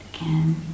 again